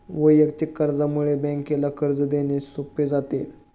वैयक्तिक कर्जामुळे बँकेला कर्ज देणे सोपे जाते